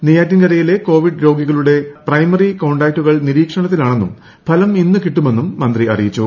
നെയ്യാറ്റിൻകരയിലെ Covid രോഗികളുടെ primary കോണ്ടാക്ടുകൾ നിരീക്ഷണത്തിലാണെന്നും ഫലം ഇന്ന് കിട്ടുമെന്നും മന്ത്രി അറിയിച്ചു